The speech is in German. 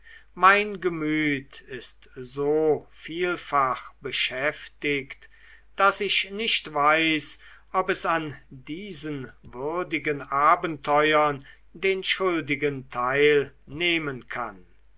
mein gemüt ist so vielfach beschäftigt daß ich nicht weiß ob es an diesen würdigen abenteuern den schuldigen teil nehmen kann